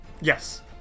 Yes